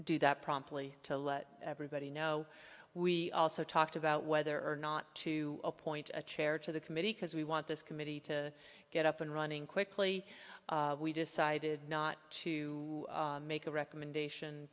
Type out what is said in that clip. do that promptly to let everybody know we also talked about whether or not to appoint a chair to the committee because we want this committee to get up and running quickly we decided not to make a recommendation